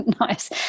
nice